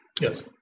yes